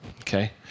Okay